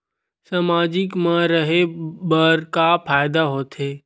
सामाजिक मा रहे बार का फ़ायदा होथे?